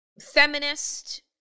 feminist